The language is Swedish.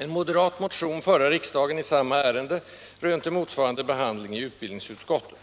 En moderat motion till förra riksdagen i samma ärende rönte motsvarande behandling i utbildningsutskottet.